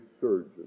surgeon